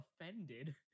offended